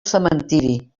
cementiri